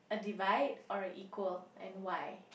a divide or a equal and why